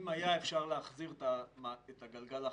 אם אפשר היה להחזיר את הגלגל אחורה,